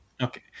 okay